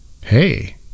hey